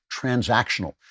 transactional